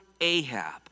Ahab